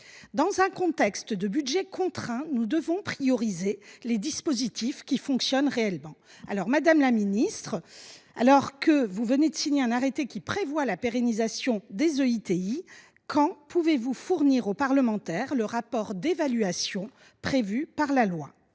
Dans un contexte de budget contraint, nous devrions pourtant prioriser les dispositifs qui fonctionnent réellement. Madame la ministre, alors que vient d’être signé un arrêté qui prévoit la pérennisation des EITI, quand allez vous fournir aux parlementaires le rapport d’évaluation prévu par la loi ?